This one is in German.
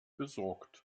besorgt